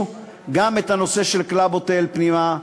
גם את הנושא של "קלאב הוטל" פנימה,